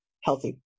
healthy